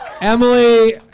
Emily